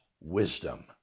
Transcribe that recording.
wisdom